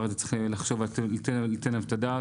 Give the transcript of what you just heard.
צריך לחשוב על הדבר הזה